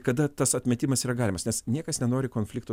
kada tas atmetimas yra galimas nes niekas nenori konflikto